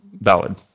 valid